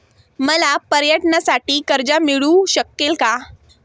मला पर्यटनासाठी कर्ज मिळू शकेल का?